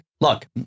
look